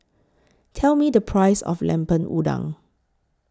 Tell Me The Price of Lemper Udang